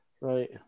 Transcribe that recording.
right